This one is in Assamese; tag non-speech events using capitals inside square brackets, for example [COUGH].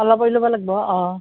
অলপ [UNINTELLIGIBLE] ল'ব লাগবো অঁ